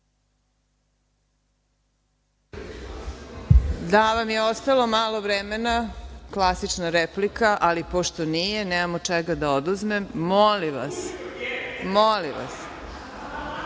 Da vam je ostalo malo vremena, klasična replika, ali pošto nije, nemam od čega da oduzmem, molim vas, hajde da